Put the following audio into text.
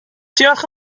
diolch